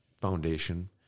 foundation